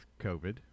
COVID